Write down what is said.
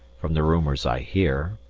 from the rumours i hear,